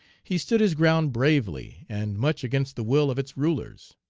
he stood his ground bravely, and much against the will of its rulers.